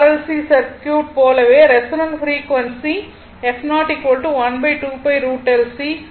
C circuit போலவே resonant frequency ஆகும்